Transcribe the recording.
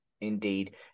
indeed